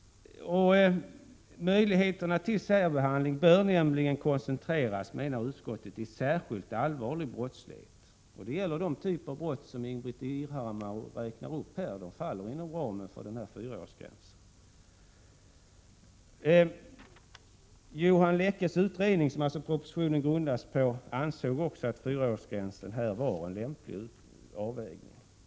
Möjligheterna till särbehandling bör koncentreras till särskilt allvarlig brottslighet. Det gäller den typ av brott som Ingbritt Irhammar räknar upp, som faller inom ramen för fyraårsgränsen. Johan Leche ansåg i sin utredning, som propositionen alltså grundas på, att fyraårsgränsen var en lämplig avvägning.